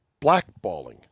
blackballing